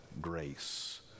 grace